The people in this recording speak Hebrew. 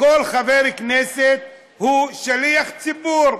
כל חבר כנסת הוא שליח ציבור,